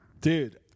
Dude